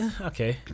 Okay